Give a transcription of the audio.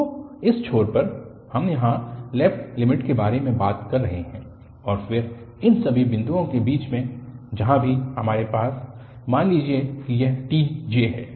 तो इस छोर पर हम यहाँ लेफ्ट लिमिट के बारे में बात कर रहे हैं और फिर इन सभी बिंदुओं के बीच में जहाँ भी हमारे पास मान लीजिए कि यह tj है